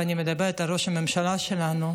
ואני מדברת על ראש הממשלה שלנו,